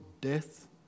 death